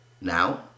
Now